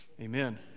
Amen